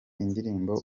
indirimbo